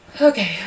Okay